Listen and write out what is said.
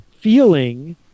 feeling